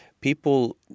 people